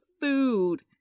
food